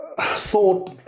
thought